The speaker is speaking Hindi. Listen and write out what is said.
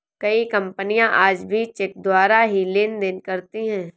कई कपनियाँ आज भी चेक द्वारा ही लेन देन करती हैं